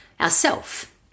ourself